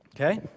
okay